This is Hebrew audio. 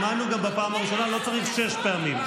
שמענו גם בפעם הראשונה, לא צריך שש פעמים.